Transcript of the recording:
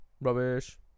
Rubbish